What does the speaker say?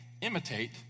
imitate